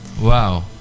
Wow